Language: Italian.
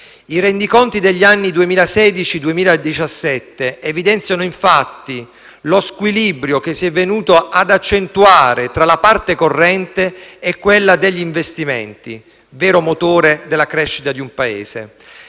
I rendiconti degli anni 2016 e 2017 evidenziano, infatti, lo squilibrio che si è venuto ad accentuare tra la parte corrente e quella degli investimenti, vero motore della crescita di un Paese.